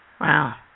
Wow